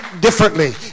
differently